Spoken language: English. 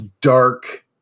dark